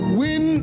win